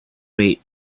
rate